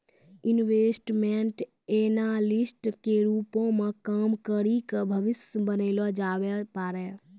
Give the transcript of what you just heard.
investment analyst के रूपो मे काम करि के भविष्य बनैलो जाबै पाड़ै